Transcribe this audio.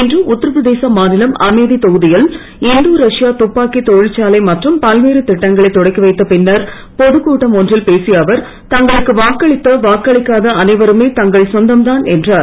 இன்று உத்தரப்பிரதேச மாநிலம் அமேதி தொகுதியில் இந்தோ ரஷ்ய துப்பாக்கி தொழிற்சாலை மற்றும் பல்வேறு திட்டங்களைத் தொடக்கிவைத்த பின்னர் பொதுக்கூட்டம் ஒன்றில் பேசிய அவர் தங்களுக்கு வாக்களித்த வாக்களிக்காத அனைவருமே தங்கள் சொந்தம்தான் என்றார்